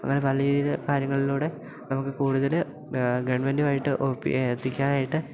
അങ്ങനെ പല രീതിയിൽ കാര്യങ്ങളിലൂടെ നമുക്ക് കൂടുതൽ ഗവൺമെന്റുമായിട്ട് ഒപി എത്തിക്കാനായിട്ട്